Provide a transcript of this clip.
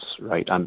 right